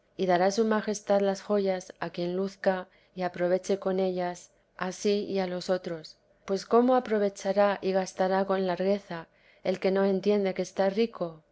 y dará su majestad las joyas a quien luzga y aproveche con ellas así y a los otros pues cómo aprovechará y gastará con largueza el que no entiende que está rico